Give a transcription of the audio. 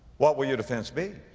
what will your defense be?